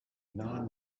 non